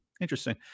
Interesting